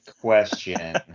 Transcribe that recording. question